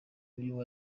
uyu